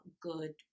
good